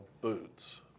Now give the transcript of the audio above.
boots